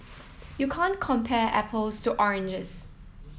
you can't compare apples to oranges